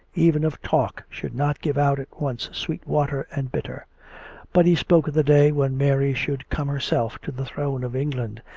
even of talk, should not give out at once sweet water and bitter but he spoke of the day when mary should come herself to the throne of england,